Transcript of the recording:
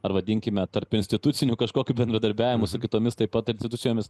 ar vadinkime tarpinstituciniu kažkokiu bendradarbiavimu su kitomis taip pat institucijomis